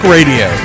Radio